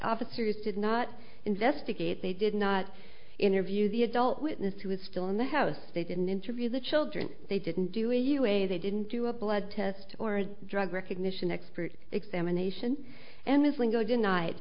officers did not investigate they did not interview the adult witness who was still in the house they didn't interview the children they didn't do a u a they didn't do a blood test or a drug recognition expert examination and his lingo denied